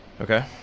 okay